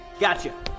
Gotcha